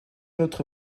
autre